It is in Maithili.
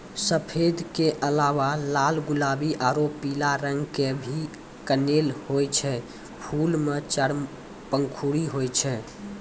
सफेद के अलावा लाल गुलाबी आरो पीला रंग के भी कनेल होय छै, फूल मॅ चार पंखुड़ी होय छै